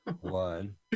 one